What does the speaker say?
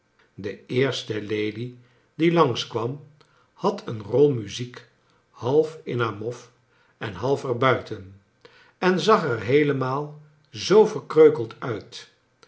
de eerst e lady die langs kwam had een rol muziek half in haar mof en half er buiten en zag er heelemaal zoo verkreukeld uit